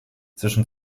zwischen